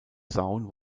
sound